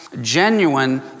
genuine